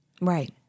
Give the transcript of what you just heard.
Right